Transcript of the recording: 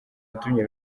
yatumye